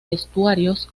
estuarios